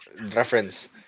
reference